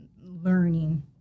learning